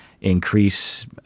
increase